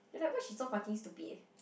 you're like why she's so fucking stupid